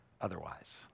otherwise